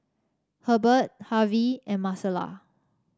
Herbert Harvy and Marcela